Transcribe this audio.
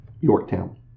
Yorktown